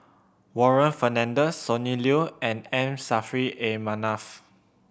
Warren Fernandez Sonny Liew and M Saffri A Manaf